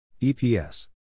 EPS